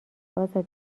ازاده